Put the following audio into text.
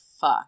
fuck